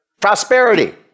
prosperity